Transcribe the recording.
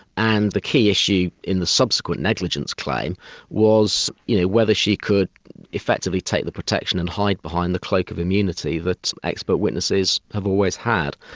and the key issue in the subsequent negligence claim was you know whether she could effectively take the protection and hide behind the cloak of immunity that expert witnesses have always had.